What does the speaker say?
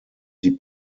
sie